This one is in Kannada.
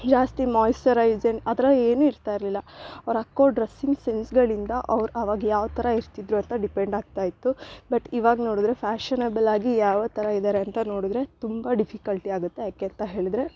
ಜಾಸ್ತಿ ಮಾಯ್ಸ್ಚರೈಸನ್ ಆ ಥರ ಏನು ಇರ್ತಾ ಇರಲಿಲ್ಲ ಅವ್ರು ಹಾಕೊ ಡ್ರೆಸಿನ ಸೆನ್ಸ್ಗಳಿಂದ ಅವ್ರು ಆವಾಗ ಯಾವ ಥರ ಇರುತಿದ್ರು ಅಂತ ಡಿಪೆಂಡ್ ಆಗ್ತಾ ಇತ್ತು ಬಟ್ ಇವಾಗ ನೋಡಿದ್ರೆ ಫ್ಯಾಶನೇಬಲಾಗಿ ಯಾವ ಥರ ಇದಾರೆ ಅಂತ ನೋಡಿದ್ರೆ ತುಂಬ ಡಿಫಿಕಲ್ಟಿ ಆಗುತ್ತೆ ಯಾಕೆ ಅಂತ ಹೇಳಿದ್ರೆ